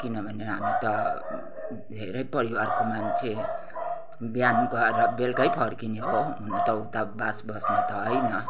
किनभने हामी त धेरै परिवारको मान्छे बिहान गएर बेलुकै फर्किने हो हुनु त उता वास बस्ने त हैन